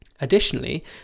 Additionally